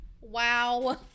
Wow